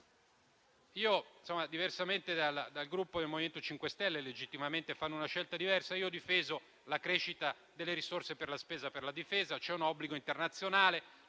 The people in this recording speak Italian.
diversamente dal Gruppo MoVimento 5 Stelle, che legittimamente fa una scelta diversa, ho difeso la crescita delle risorse per la spesa per la difesa. C'è un obbligo internazionale